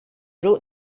wrote